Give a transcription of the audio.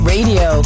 Radio